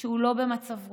שהוא לא במצב רוח,